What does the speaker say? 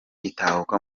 itahuka